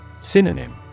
Synonym